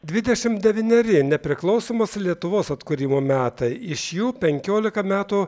dvidešim devyneri nepriklausomos lietuvos atkūrimo metai iš jų penkiolika metų